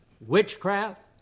witchcraft